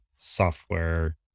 software